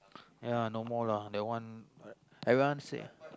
ya no more lah that one everyone said